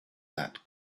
that